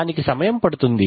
దానికి సమయం పడుతుంది